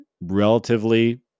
relatively